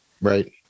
Right